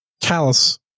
callous